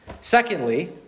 Secondly